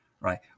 right